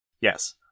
yes